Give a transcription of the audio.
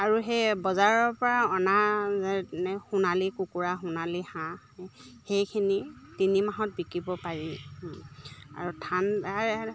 আৰু সেই বজাৰৰ পৰা অনা সোণালী কুকুৰা সোণালী হাঁহ সেইখিনি তিনি মাহত বিকিব পাৰি আৰু ঠাণ্ডা